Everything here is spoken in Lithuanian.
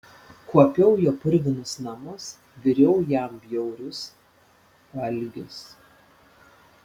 kuopiau jo purvinus namus viriau jam bjaurius valgius